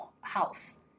house